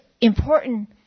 important